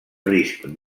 risc